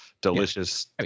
delicious